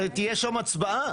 הרי תהיה שם הצבעה.